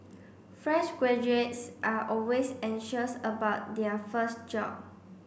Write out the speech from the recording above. fresh graduates are always anxious about their first job